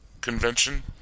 convention